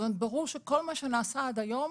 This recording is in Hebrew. זאת אומרת, ברור שכל מה שנעשה עד היום